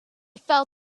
fell